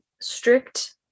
strict